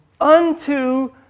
unto